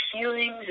feelings